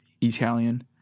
Italian